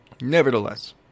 Nevertheless